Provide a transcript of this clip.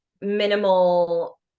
minimal